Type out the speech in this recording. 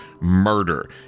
murder